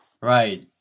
Right